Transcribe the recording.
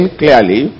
clearly